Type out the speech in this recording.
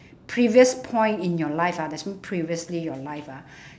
previous point in your life ah that's mean previously your life ah